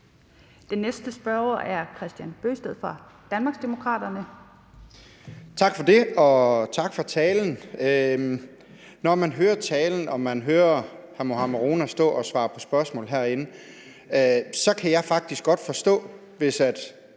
Den næste spørger er Kristian Bøgsted fra Danmarksdemokraterne. Kl. 11:41 Kristian Bøgsted (DD): Tak for det, og tak for talen. Når man hører talen og man hører hr. Mohammad Rona stå og svare på spørgsmålet herinde, kan jeg faktisk godt forstå det,